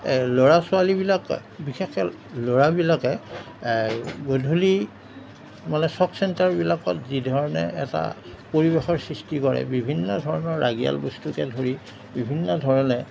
ল'ৰা ছোৱালীবিলাক বিশেষকৈ ল'ৰাবিলাকে গধূলি মানে চ'ক চেণ্টাৰবিলাকত যিধৰণে এটা পৰিৱেশৰ সৃষ্টি কৰে বিভিন্ন ধৰণৰ ৰাগিয়াল বস্তুকে ধৰি বিভিন্ন ধৰণে